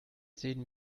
sehen